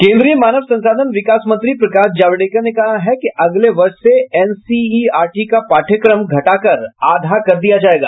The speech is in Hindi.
केन्द्रीय मानव संसाधन विकास मंत्री प्रकाश जावडेकर ने कहा है कि अगले वर्ष से एनसीईआरटी का पाठ्यक्रम घटाकर आधा कर दिया जायेगा